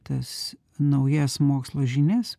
tas naujas mokslo žinias